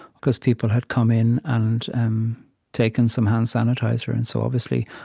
because people had come in and um taken some hand sanitizer. and so, obviously,